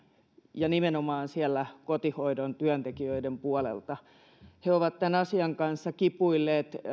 ja nimenomaan kotihoidon työntekijöiden puolella he ovat tämän asian kanssa kipuilleet